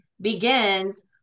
begins